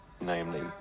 namely